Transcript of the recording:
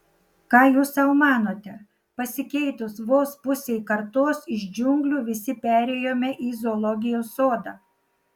ką jūs sau manote pasikeitus vos pusei kartos iš džiunglių visi perėjome į zoologijos sodą